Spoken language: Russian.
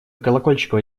колокольчикова